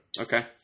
Okay